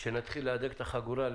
כשנתחיל להדק את החגורה,